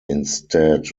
instead